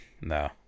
No